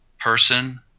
person